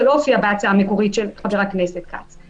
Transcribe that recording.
זה לא הופיע בהצעה המקורית של חבר הכנסת כץ.